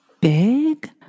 big